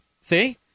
See